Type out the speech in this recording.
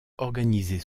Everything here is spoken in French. organisés